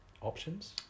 options